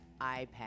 iPad